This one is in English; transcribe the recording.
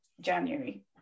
january